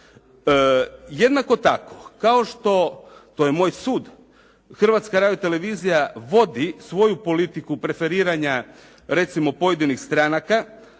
Jednako tako kao što, to je moj sud, Hrvatska radio-televizija vodi svoju politiku preferiranja recimo pojedinih stranaka